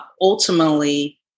ultimately